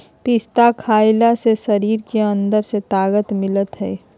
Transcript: पिस्ता खईला से शरीर के अंदर से ताक़त मिलय हई